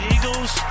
Eagles